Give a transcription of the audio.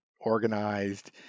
organized